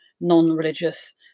non-religious